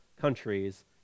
countries